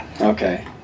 Okay